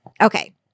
Okay